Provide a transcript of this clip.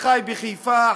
החי בחיפה,